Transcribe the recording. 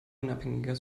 unabhängiger